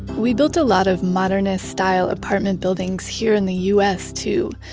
we built a lot of modernist style apartment buildings here in the u s. too.